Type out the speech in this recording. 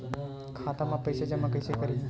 खाता म पईसा जमा कइसे करही?